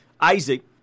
Isaac